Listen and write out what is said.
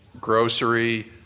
grocery